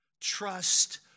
Trust